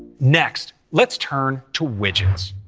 next, let's turn to widgets.